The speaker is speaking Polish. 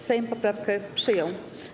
Sejm poprawkę przyjął.